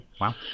wow